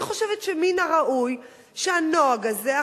אני חושבת שמן הראוי שהנוהג הזה,